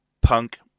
punk